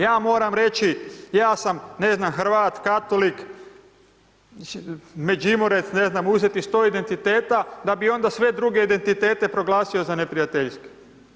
Ja moram reći, ja sam, ne znam, Hrvat, katolik, Međimurec, ne znam, uzeti 100 identiteta da bi onda sve druge identitete proglasio za neprijateljske.